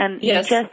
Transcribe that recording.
Yes